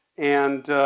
and